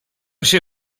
się